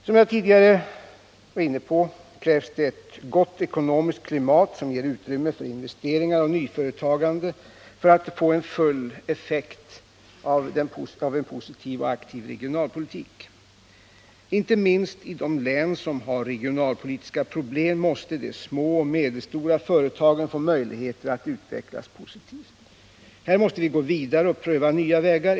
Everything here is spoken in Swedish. Som jag tidigare var inne på krävs det ett gott ekonomiskt klimat, som ger utrymme för investeringar och nyföretagande, för att få full effekt av en positiv och aktiv regionalpolitik. Inte minst i de län som har regionalpolitiska problem måste de små och medelstora företagen få möjligheter att utvecklas positivt. Här måste vi gå vidare och pröva nya vägar.